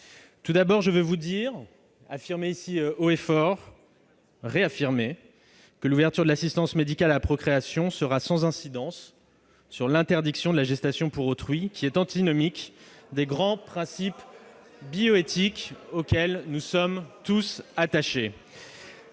Tout d'abord, je veux réaffirmer ici haut et fort que l'ouverture de l'assistance médicale à la procréation sera sans incidence sur l'interdiction de la gestation pour autrui, qui est antinomique des grands principes bioéthiques auxquels nous sommes tous attachés.